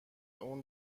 اون